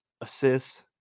assists